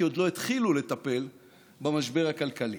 כי עוד לא התחילו לטפל במשבר הכלכלי.